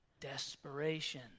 Desperation